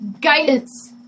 Guidance